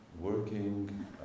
working